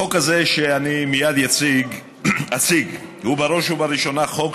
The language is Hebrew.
החוק הזה שאני מייד אציג הוא בראש ובראשונה חוק